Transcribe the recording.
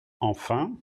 enfin